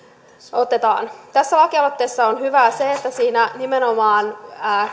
otetaan tässä lakialoitteessa on hyvää se että siinä nimenomaan